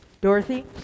Dorothy